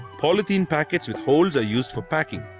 polythene packets with holes are used for packing.